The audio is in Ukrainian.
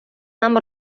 нам